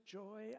joy